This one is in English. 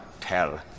Tell